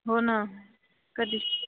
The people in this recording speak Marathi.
हो ना कधीच